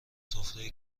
سفره